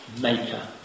Maker